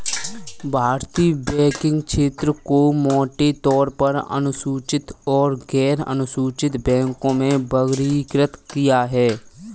भारतीय बैंकिंग क्षेत्र को मोटे तौर पर अनुसूचित और गैरअनुसूचित बैंकों में वर्गीकृत किया है